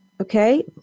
Okay